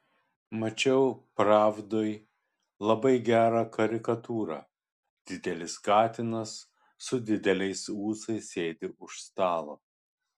mačiau pravdoj labai gerą karikatūrą didelis katinas su dideliais ūsais sėdi už stalo